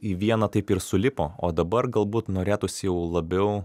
į vieną taip ir sulipo o dabar galbūt norėtųsi labiau